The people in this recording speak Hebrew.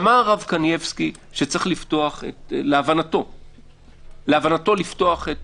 כשאמר הרב קנייבסקי שצריך להבנתו לפתוח את